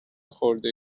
خورده